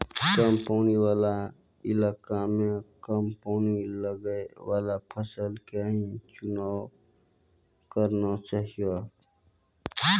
कम पानी वाला इलाका मॅ कम पानी लगैवाला फसल के हीं चुनाव करना चाहियो